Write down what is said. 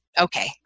okay